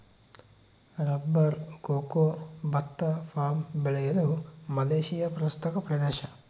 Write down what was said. rubber cocoa ಭತ್ತ palm ಬೆಳೆಯಲು Malaysia ಪ್ರಸಕ್ತ ಪ್ರದೇಶ